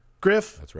Griff